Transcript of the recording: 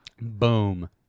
Boom